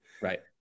Right